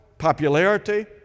popularity